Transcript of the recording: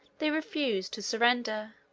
they refused to surrender,